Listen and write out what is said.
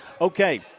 Okay